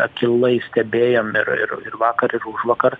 akylai stebėjom ir ir ir vakar ir užvakar